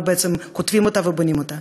כותבים אותה ובונים אותה.